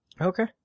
Okay